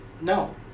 no